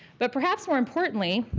but perhaps more importantly,